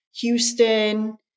Houston